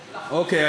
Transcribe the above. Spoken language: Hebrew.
אוקיי,